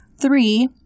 three